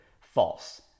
False